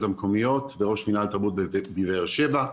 המקומיות וראש מינהל התרבות בבאר שבע.